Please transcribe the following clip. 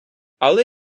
але